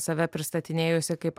save pristatinėjusi kaip